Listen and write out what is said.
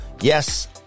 Yes